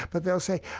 but they'll say,